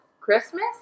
Christmas